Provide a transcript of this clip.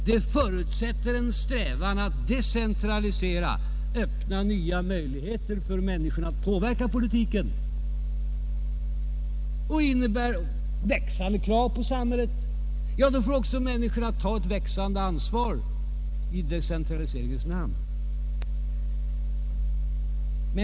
Det förutsätter en strävan att decentralisera och öppna nya möjligheter för människorna att påverka politiken. Ställer människorna växande krav på samhället, får människorna också ta ett växande ansvar i decentraliseringens namn.